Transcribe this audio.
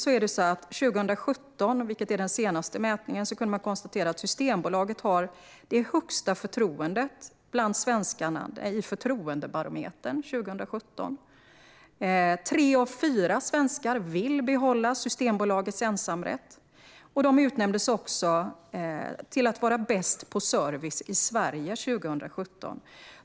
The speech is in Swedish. År 2017, vilket är den senaste mätningen, kunde man konstatera att Systembolaget har det högsta förtroendet bland svenskarna i Förtroendebarometern. Tre av fyra svenskar vill behålla Systembolagets ensamrätt, och Systembolaget utnämndes också till att vara bäst på service i Sverige 2017.